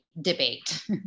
debate